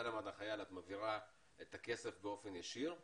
למען החייל את מעבירה את הכסף באופן ישיר,